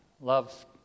love